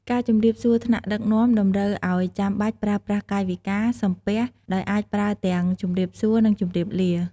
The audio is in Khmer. ការជម្រាបសួរថ្នាក់ដឹកនាំតម្រូវឱ្យចាំបាច់ប្រើប្រាស់កាយវិការ សំពះ ដោយអាចប្រើទាំងជម្រាបសួរនិងជម្រាបលា។